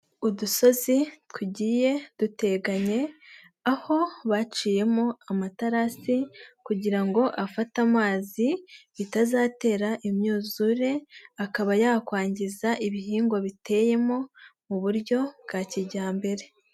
udusozi tugiye duteganye aho baciyemo amaterasi kugira ngo afate amazi, bitazatera imyuzure akaba yakwangiza ibihingwa biteyemo mu buryo bwa kijyambere.